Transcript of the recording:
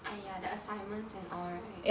!aiya! the assignments and all right